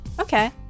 Okay